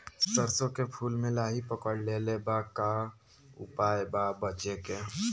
सरसों के फूल मे लाहि पकड़ ले ले बा का उपाय बा बचेके?